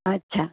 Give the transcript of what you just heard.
अच्छा